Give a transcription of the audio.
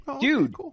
Dude